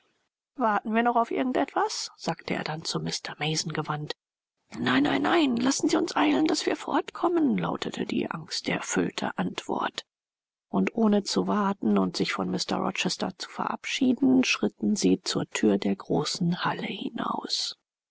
warten wir noch auf irgend etwas sagte er dann zu mr mason gewandt nein nein nein lassen sie uns eilen daß wir fortkommen lautete die angsterfüllte antwort und ohne zu warten und sich von mr rochester zu verabschieden schritten sie zur thür der großen halle hinaus